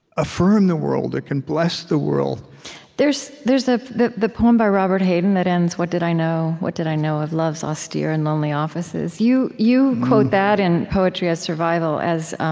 affirm the world. it can bless the world there's there's ah the the poem by robert hayden that ends, what did i know, what did i know of love's austere and lonely offices? you you quote that in poetry as survival as